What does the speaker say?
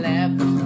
Left